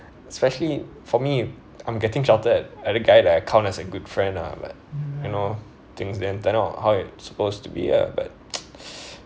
especially for me I'm getting shouted at the guy that I count as a good friend ah but you know things don't turn out how it's supposed to be ah but